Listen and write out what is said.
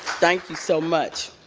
thank you so much.